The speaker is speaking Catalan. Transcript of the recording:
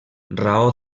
raó